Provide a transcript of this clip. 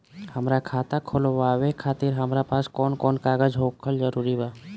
हमार खाता खोलवावे खातिर हमरा पास कऊन कऊन कागज होखल जरूरी बा?